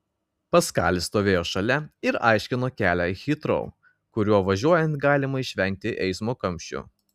paskalis stovėjo šalia ir aiškino kelią į hitrou kuriuo važiuojant galima išvengti eismo kamščių